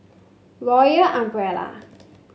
Royal Umbrella